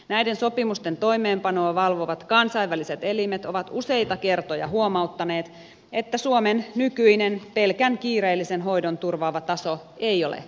näiden sopimusten toimeenpanoa valvovat kansainväliset elimet ovat useita kertoja huomauttaneet että suomen nykyinen pelkän kiireellisen hoidon turvaava taso ei ole riittävä